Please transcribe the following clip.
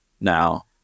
now